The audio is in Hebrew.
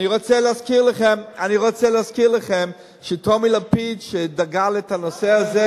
אני רוצה להזכיר לכם שטומי לפיד דגל בנושא הזה,